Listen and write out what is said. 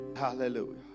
Hallelujah